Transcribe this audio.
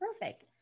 perfect